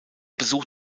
besuch